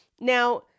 Now